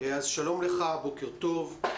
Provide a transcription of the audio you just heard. שלום לך, בוקר טוב.